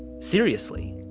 seriously.